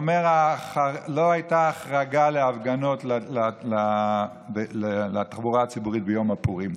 הוא אומר שלא הייתה החרגה להפגנות של תחבורה הציבורית ביום הפורים.